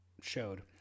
showed